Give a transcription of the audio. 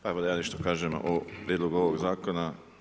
Pa evo da ja nešto kažem o prijedlogu ovog Zakona.